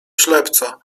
ślepca